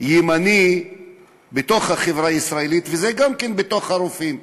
ימני בחברה הישראלית, וכך זה גם בקרב הרופאים.